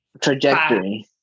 trajectory